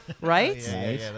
right